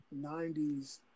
90s